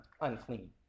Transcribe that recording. unclean